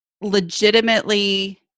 legitimately